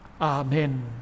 Amen